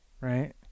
right